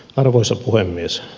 arvoisa puhemies